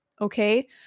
okay